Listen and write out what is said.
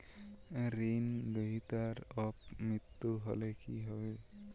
ঋণ গ্রহীতার অপ মৃত্যু হলে কি হবে?